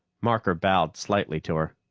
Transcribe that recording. marker bowed slightly to her.